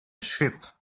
ship